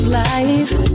life